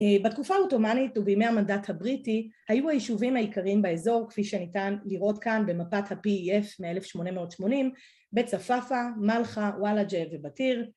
בתקופה העותומנית ובימי המנדט הבריטי היו היישובים העיקריים באזור, כפי שניתן לראות כאן במפת הפי.אי.אף מאלף שמונה מאות שמונים בית צפאפא, מלכה, וואלג'ה ובטיר